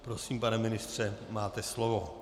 Prosím, pane ministře, máte slovo.